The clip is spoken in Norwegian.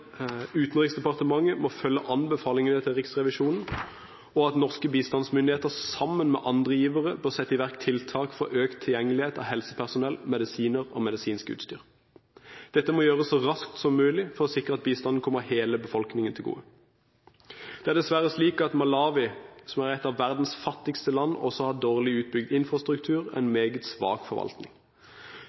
norske bistandsmyndigheter, sammen med andre givere, bør sette i verk tiltak for økt tilgjengelighet av helsepersonell, medisiner og medisinsk utstyr. Dette må gjøres så raskt som mulig for å sikre at bistanden kommer hele befolkningen til gode. Det er dessverre slik at Malawi, som er et av verdens fattigste land, også har dårlig utbygd infrastruktur og en meget svak forvaltning.